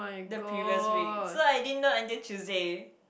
the previous week so I didn't know until Tuesday